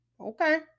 okay